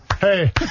hey